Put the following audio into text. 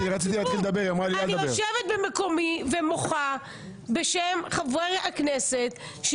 אני יושבת במקומי ומוחה בשם חברי הכנסת.